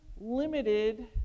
limited